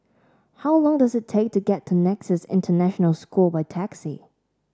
how long does it take to get to Nexus International School by taxi